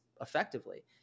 effectively